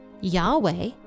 Yahweh